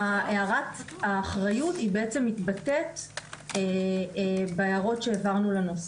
הערת האחריות מתבטאת בהערות שהעברנו לנוסח.